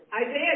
Isaiah